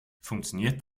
funktioniert